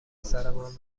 پسرمان